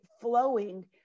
flowing